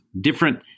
different